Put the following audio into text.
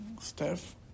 staff